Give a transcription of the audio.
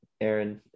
Aaron